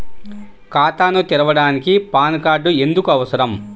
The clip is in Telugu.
ఖాతాను తెరవడానికి పాన్ కార్డు ఎందుకు అవసరము?